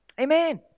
Amen